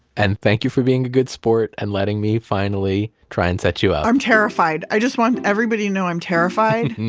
and thank you for being a good sport and letting me finally try and set you up i'm terrified. i just want everybody to know i'm terrified.